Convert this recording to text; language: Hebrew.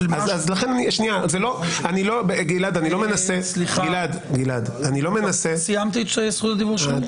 אני לא מנסה --- סיימתי את זכות הדיבור שלי?